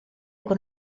con